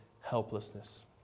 helplessness